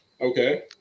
Okay